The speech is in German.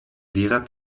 lehrer